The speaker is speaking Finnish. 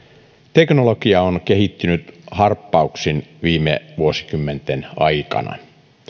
teknologia on kehittynyt harppauksin viime vuosikymmenten aikana